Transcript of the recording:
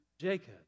Jacob